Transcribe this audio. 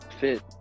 fit